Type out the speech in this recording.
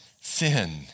sin